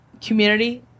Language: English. community